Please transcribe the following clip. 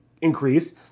increase